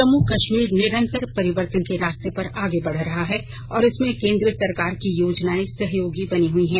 जम्मू कश्मीर निरन्तर परिवर्तन के रास्ते पर आगे बढ़ रहा है और इसमें केन्द्र सरकार की योजनाए सहयोगी बनी हई हैं